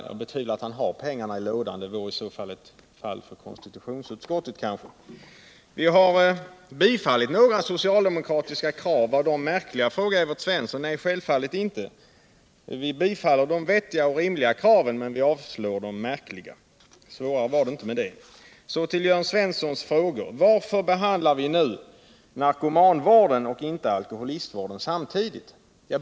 Jag betvivlar f. ö. att han har pengarna i en låda — det vore kanske i så fall ett fall för konstitutionsutskottet. Vi har bifallit några socialdemokratiska krav. Var de kraven märkliga? frågar Evert Svensson. Nej, självfallet inte. Vi bifaller de vettiga och rimliga kraven, men vi avslår de märkliga. Svårare var det inte. Så till Jörn Svenssons frågor. Jörn Svensson frågade: Varför behandlar vi inte narkomanvården och alkoholistvården samtidigt?